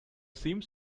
seems